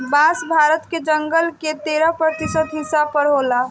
बांस भारत के जंगल के तेरह प्रतिशत हिस्सा पर होला